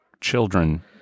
children